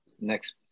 Next